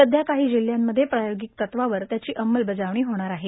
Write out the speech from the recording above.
सध्या काही जिल्ह्यांमध्ये प्रायोगिक तत्वावर त्याची अंमलबजावणी होणार आहे